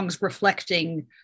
reflecting